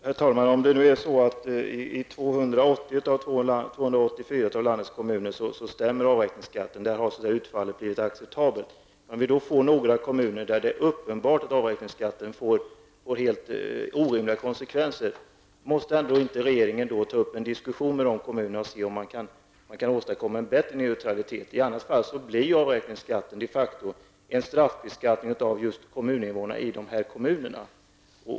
Herr talman! Om det nu är så att avräkningsskatten i 280 av landets 284 kommuner stämmer, dvs. att utfallet har blivit acceptabelt, men att det i några kommuner är uppenbart att avräkningsskatten får helt orimliga konsekvenser, måste inte regeringen då ta upp en diskussion med dessa kommuner för att se om man kan åstadkomma en bättre neutralitet? Annars blir avräkningsskatten de facto en straffbeskattning av just kommuninnevånarna i de här kommunerna.